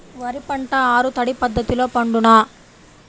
వరి పంట ఆరు తడి పద్ధతిలో పండునా?